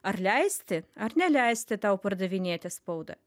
ar leisti ar neleisti tau pardavinėti spaudą